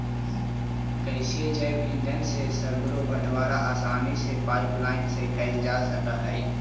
गैसीय जैव ईंधन से सर्गरो बटवारा आसानी से पाइपलाईन से कैल जा सकऽ हई